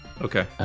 Okay